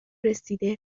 رسیده